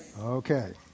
Okay